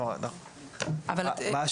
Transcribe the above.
הדבר הזה